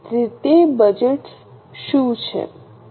તેથી તે બજેટ્સ શું છે